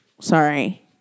sorry